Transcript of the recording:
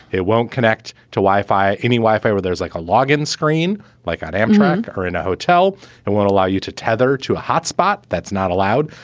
it won't connect to wi-fi, any wi-fi where there's like a log in screen like i am drunk or in a hotel and won't allow you to tether to a hotspot. that's not allowed.